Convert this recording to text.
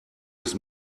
erst